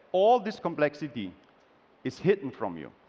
all of this complexity is hidden from you.